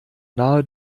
nahe